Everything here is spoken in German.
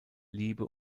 liebe